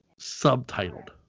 Subtitled